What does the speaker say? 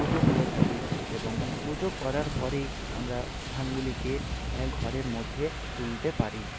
পুজো করে থাকি এবং পুজো করার পরেই আমরা ধানগুলিকে ঘরের মধ্যে তুলতে পারি